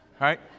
right